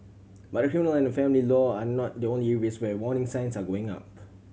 but criminal and family law are not the only areas where warning signs are going up